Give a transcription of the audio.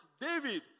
David